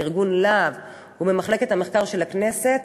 ארגון לה"ב ומחלקת המחקר של הכנסת,